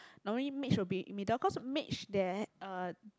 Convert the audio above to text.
normally mage will be middle cause mage there uh